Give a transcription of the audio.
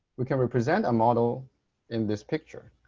we can represent a model in this picture.